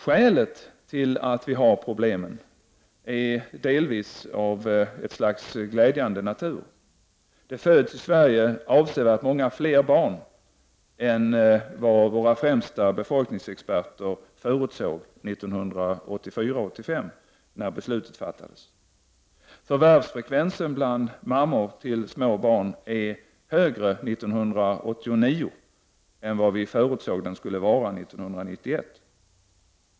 Skälet till att vi har dessa problem är delvis av ett slags glädjande natur: det föds i Sverige avsevärt fler barn än vad våra främsta befolkningsexperter förutsåg 1984/85 då beslutet fattades. Förvärvsfrekvensen bland mammor till små barn är högre 1989 än vad vi förutsåg att den skulle vara 1991.